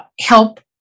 help